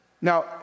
Now